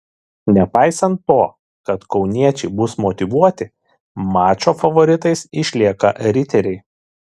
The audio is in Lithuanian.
nepaisant to kad kauniečiai bus motyvuoti mačo favoritais išlieka riteriai